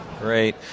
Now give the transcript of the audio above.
Great